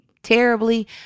terribly